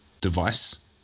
device